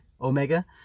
Omega